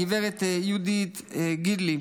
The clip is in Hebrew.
הגב' יהודית גידלי,